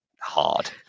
hard